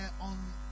on